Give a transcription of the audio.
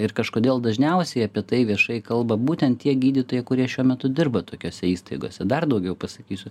ir kažkodėl dažniausiai apie tai viešai kalba būtent tie gydytojai kurie šiuo metu dirba tokiose įstaigose dar daugiau pasakysiu